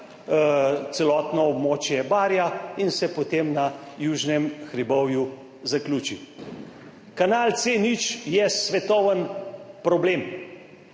celotno območje Barja in se potem na južnem hribovju zaključi. Kanal C0 je svetoven problem.